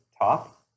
top